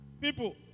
people